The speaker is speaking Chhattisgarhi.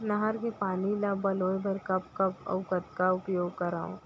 नहर के पानी ल पलोय बर कब कब अऊ कतका उपयोग करंव?